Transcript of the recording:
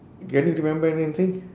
can you remember anything